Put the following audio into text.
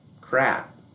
crap